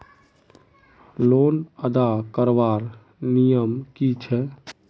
Loan अदा करवार नियम की छे?